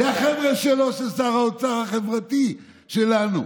זה החבר'ה שלו, של שר האוצר החברתי שלנו.